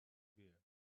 bear